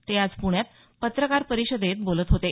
ते आज पुण्यात पत्रकार परिषदेत बोलत होते